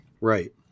Right